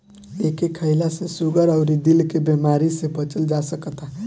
एके खईला से सुगर अउरी दिल के बेमारी से बचल जा सकता